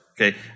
okay